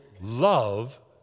love